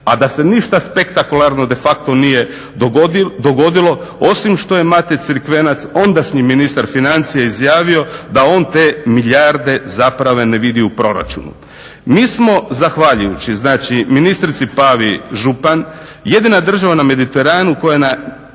a da se ništa spektakularno de facto nije dogodilo osim što je Mate Cirkvenac ondašnji ministar financija izjavio da on te milijarde zapravo ne vidi u proračunu. Mi smo zahvaljujući znači ministrici Pavi Župan jedina država na mediteranu koja na